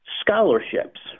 scholarships